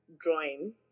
drawing